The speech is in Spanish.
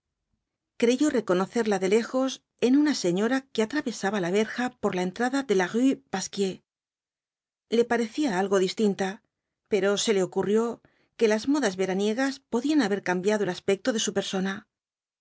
creyó reconocerla de lejos en una señora que atravesaba la verja por la entrada de la rué pasquier le parecía algo distinta pero se le ocurrió que las modas veraniegas podían haber cambiado el aspecto de su persona